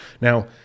Now